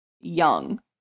young